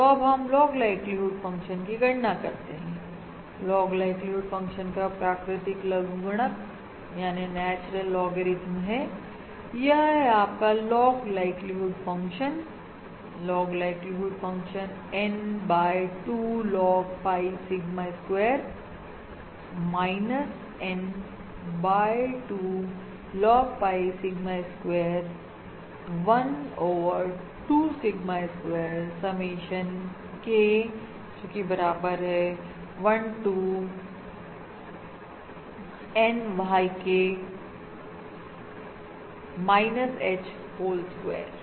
तो अब हम लोग लॉग लाइक्लीहुड फंक्शन की गणना करते हैं लॉग लाइक्लीहुड फंक्शन का प्राकृतिक लघुगणक हैं यह है आपका log likelihood function log likelihood function N by 2 log pi sigma square minus N by 2 log pi sigma square 1 over two sigma square summation K बराबर हैं one two N YK minus H whole square